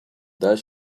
does